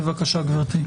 בבקשה, גברתי.